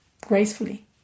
gracefully